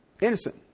Innocent